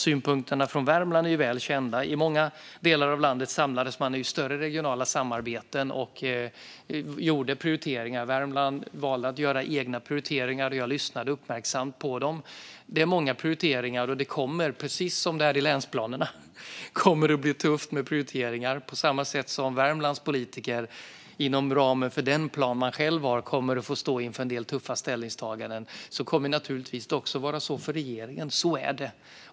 Synpunkterna från Värmland är väl kända. I många delar av landet samlades man i större regionala samarbeten och gjorde prioriteringar. Värmland valde att göra egna prioriteringar, och jag lyssnade uppmärksamt på dem. Det är många prioriteringar. Precis som i länsplanerna kommer det att bli tufft med prioriteringar. På samma sätt som Värmlands politiker inom ramen för den plan de själva har kommer att stå inför en del tuffa ställningstaganden, kommer det naturligtvis också att vara så för regeringen. Så är det.